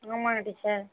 ஆமாங்க டீச்சர்